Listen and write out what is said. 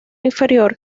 inferior